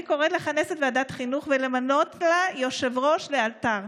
אני קוראת לכנס את ועדת חינוך ולמנות לה יושב-ראש לאלתר.